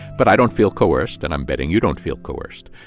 but i don't feel coerced, and i'm betting you don't feel coerced.